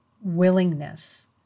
willingness